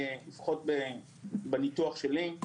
לפחות בניתוח שלי,